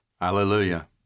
Hallelujah